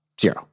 Zero